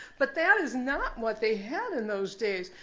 but that is not what they had in those days.